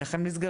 איך הם נסגרים,